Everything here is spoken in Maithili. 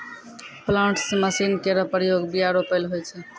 प्लांटर्स मसीन केरो प्रयोग बीया रोपै ल होय छै